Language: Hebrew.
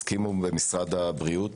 הסכימו במשרד הבריאות